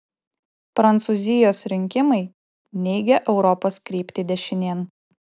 prancūzijos rinkimai neigia europos kryptį dešinėn